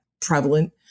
prevalent